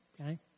Okay